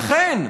לכן,